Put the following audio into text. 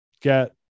get